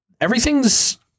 everything's